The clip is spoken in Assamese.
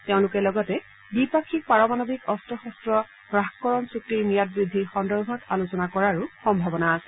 তেওঁলোকে লগতে দ্বিপাক্ষিক পাৰমাণৱিক অস্ত্ৰ শস্ত্ৰ হাসকৰণ চুক্তিৰ ম্যাদ বৃদ্ধিৰ সন্দৰ্ভত আলোচনা কৰাৰ সম্ভাৱনা আছে